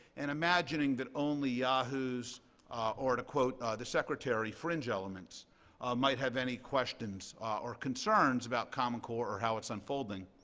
and imagining that only yahoos or to quote the secretary, fringe elements might have any questions or concerns about common core or how it's unfolding.